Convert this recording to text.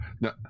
no